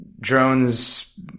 Drones